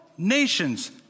Nations